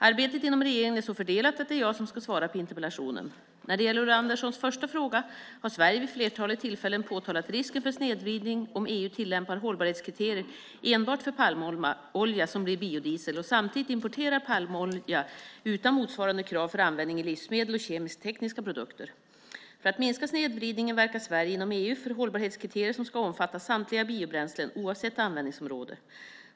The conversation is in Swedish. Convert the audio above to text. Arbetet inom regeringen är så fördelat att det är jag som ska svara på interpellationen. När det gäller Ulla Anderssons första fråga har Sverige vid flertalet tillfällen påtalat risken för snedvridning om EU tillämpar hållbarhetskriterier enbart för palmolja som blir biodiesel och samtidigt importerar palmolja utan motsvarande krav för användning i livsmedel och kemisk-tekniska produkter. För att minska snedvridningen verkar Sverige inom EU för hållbarhetskriterier som ska omfatta samtliga biobränslen, oavsett användningsområde.